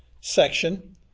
section